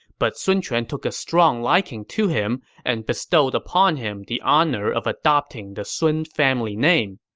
but sun quan took a strong liking to him and bestowed upon him the honor of adopting the sun family name.